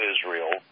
Israel